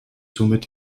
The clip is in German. somit